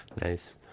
Nice